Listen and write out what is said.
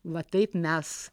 va taip mes